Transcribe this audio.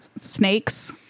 Snakes